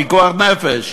פיקוח נפש.